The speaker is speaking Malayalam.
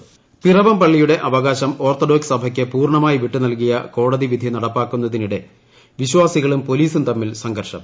ടടട പിറവം പിറവം പള്ളിയുടെ അവകാശം ഓർത്തഡോക്സ് സഭയ്ക്ക് പൂർണമായി വിട്ടു നൽകിയ കോടതി വിധി നടപ്പാക്കുന്നതിടെ വിശ്വാസികളും പോലീസും തമ്മിൽ സംഘർഷം